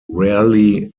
rarely